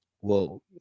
Whoa